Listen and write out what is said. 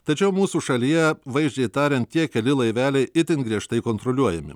tačiau mūsų šalyje vaizdžiai tariant tie keli laiveliai itin griežtai kontroliuojami